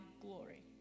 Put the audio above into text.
glory